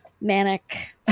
manic